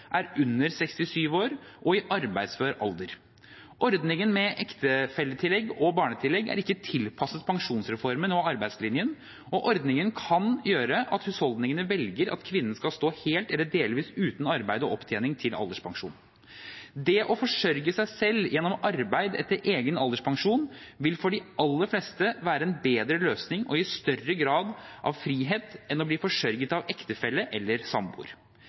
er under 67 år og i arbeidsfør alder. Ordningen med ektefelletillegg og barnetillegg er ikke tilpasset pensjonsreformen og arbeidslinjen, og ordningen kan gjøre at husholdningene velger at kvinnen skal stå helt eller delvis uten arbeid og opptjening til alderspensjon. Det å forsørge seg selv gjennom arbeid eller egen alderspensjon vil for de aller fleste være en bedre løsning og gi større grad av frihet enn å bli forsørget av ektefelle eller samboer.